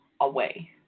away